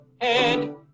head